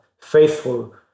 faithful